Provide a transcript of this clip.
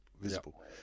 visible